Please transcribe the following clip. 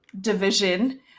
division